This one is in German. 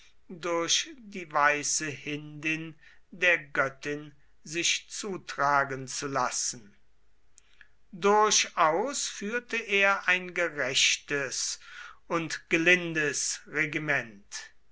durch die weiße hindin der göttin sich zutragen zu lassen durchaus führte er ein gerechtes und gelindes regiment